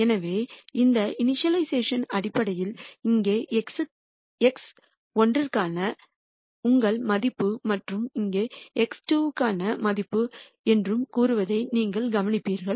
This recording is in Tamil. எனவே இந்த இணிஷியலைஸ்சேஷன் அடிப்படையில் இங்கே x1 க்கான உங்கள் மதிப்பு என்றும் இங்கே x2 க்கான மதிப்பு என்றும் கூறுவதை நீங்கள் கவனிப்பீர்கள்